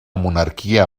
monarquia